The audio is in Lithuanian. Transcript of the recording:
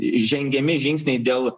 žengiami žingsniai dėl